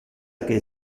que